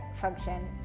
function